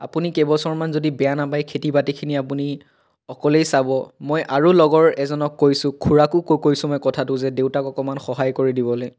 আপুনি কেইবছৰমান যদি বেয়া নাপায় খেতি বাতিখিনি আপুনি অকলেই চাব মই আৰু লগৰ এজনক কৈছোঁ খুৰাকো কৈছোঁ মই কথাটো যে দেউতাক অকণমান সহায় কৰি দিবলৈ